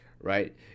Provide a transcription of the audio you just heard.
right